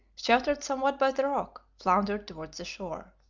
sheltered somewhat by the rock, floundered towards the shore.